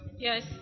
Yes